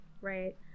right